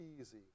easy